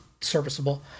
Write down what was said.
serviceable